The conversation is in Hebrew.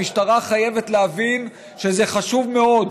המשטרה חייבת להבין שזה חשוב מאוד.